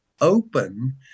open